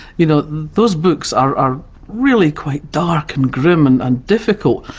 you know those books are really quite dark and grim and and difficult,